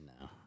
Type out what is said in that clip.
No